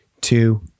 two